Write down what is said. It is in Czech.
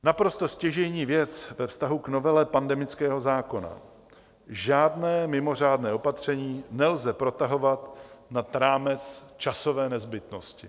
Naprosto stěžejní věc ve vztahu k novele pandemického zákona: Žádné mimořádné opatření nelze protahovat nad rámec časové nezbytnosti.